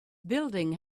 building